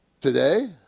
Today